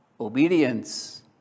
Obedience